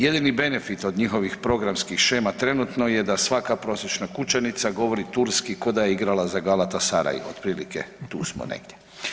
Jedeni benefit od njihovih programskih shema trenutno je da svaka prosječna kućanica govori turski kao da je igrala za Galatasaray, otprilike tu smo negdje.